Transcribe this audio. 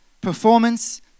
performance